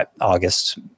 August